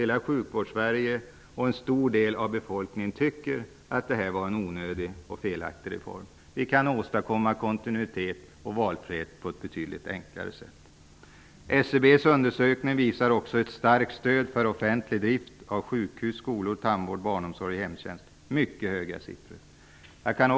Hela Sjukvårdssverige och en stor del av befolkningen tycker att det var en onödig och felaktig reform. Vi kan åstadkomma kontinuitet och valfrihet på ett betydligt enklare sätt. SCB:s undersökning visar också på ett starkt stöd för offentlig drift av sjukhus, skolor, tandvård, barnomsorg och hemtjänst. Mycket höga siffror talar för detta.